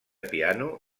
piano